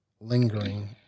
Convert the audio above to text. lingering